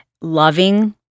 loving